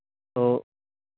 ओ